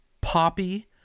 poppy